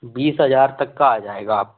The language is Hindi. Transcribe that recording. बीस हज़ार तक का आ जाएगा आप